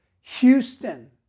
Houston